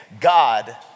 God